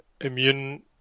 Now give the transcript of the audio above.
immune